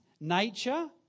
nature